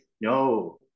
no